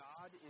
God